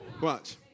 watch